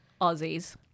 Aussies